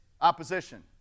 opposition